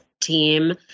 team